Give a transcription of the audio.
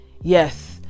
Yes